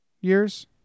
years